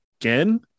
again